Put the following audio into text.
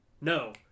No